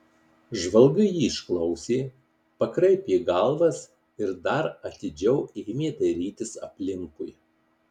žvalgai jį išklausė pakraipė galvas ir dar atidžiau ėmė dairytis aplinkui